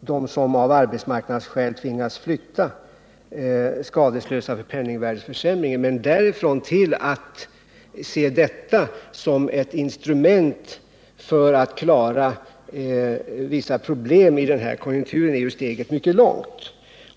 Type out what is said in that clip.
dem som av arbetsmarknadsskäl tvingats flytta skadeslösa för penningvärdeförsämringen. Men därifrån till att se detta som ett instrument för att klara vissa problem i den konjunktur vi har är ju steget mycket långt.